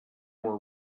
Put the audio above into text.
were